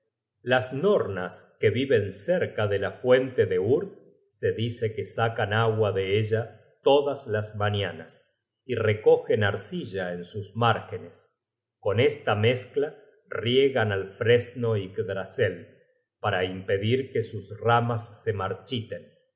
las nornas que viven cerca de la fuente de urd se dice que sacan agua de ella todas las mañanas y recogen arcilla en sus márgenes con esta mezcla riegan al fresno yggdrasel para impedir que sus ramas se marchiten